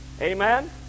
Amen